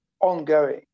ongoing